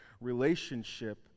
relationship